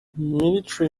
military